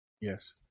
Yes